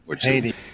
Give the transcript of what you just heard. Haiti